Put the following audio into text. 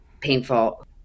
painful